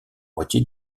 moitié